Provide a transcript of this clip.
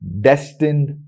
destined